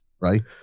right